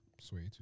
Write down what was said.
Sweet